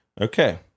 Okay